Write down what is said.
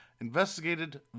investigated